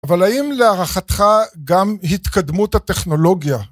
אבל האם להערכתך גם התקדמות הטכנולוגיה